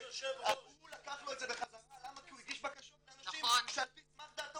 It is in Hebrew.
--- הוא לקח לו את זה בחזרה כי הוא הגיש בקשות לאנשים שעל סמך דעתו